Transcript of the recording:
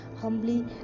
Humbly